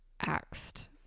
axed